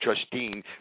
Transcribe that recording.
Justine